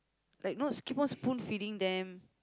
like no keep on spoon feeding them